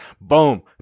boom